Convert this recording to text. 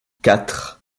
quatre